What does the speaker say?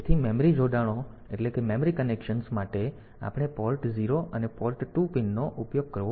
તેથી મેમરી જોડાણો માટે આપણે પોર્ટ 0 અને પોર્ટ 2 પિનનો ઉપયોગ કરવો પડશે